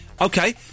Okay